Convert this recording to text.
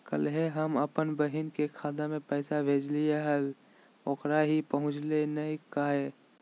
कल्हे हम अपन बहिन के खाता में पैसा भेजलिए हल, ओकरा ही पहुँचलई नई काहे?